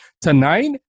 tonight